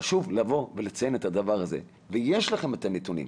חשוב לציין את הדבר הזה, ויש לכם את הנתונים.